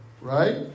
Right